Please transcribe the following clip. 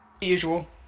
usual